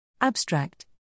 Abstract